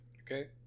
Okay